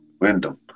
Wyndham